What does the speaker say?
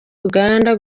uganda